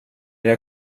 jag